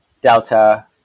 delta